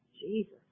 Jesus